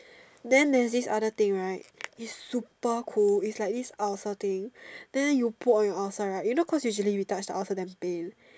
then there is this other thing right is super cool is like this ulcer thing then you put on your ulcer right you know cause usually you touch the ulcer damn pain